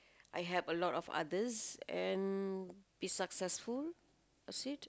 I have a lot of others and be successful that's it